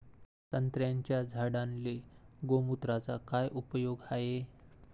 संत्र्याच्या झाडांले गोमूत्राचा काय उपयोग हाये?